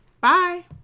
Bye